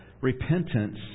Repentance